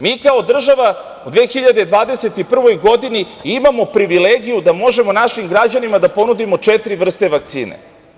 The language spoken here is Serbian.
Mi kao država u 2021. godini imamo privilegiju da možemo našim građanima da ponudimo četiri vrste vakcine.